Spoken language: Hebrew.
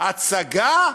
הצגה?